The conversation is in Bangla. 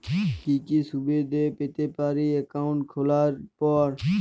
কি কি সুবিধে পেতে পারি একাউন্ট খোলার পর?